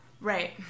Right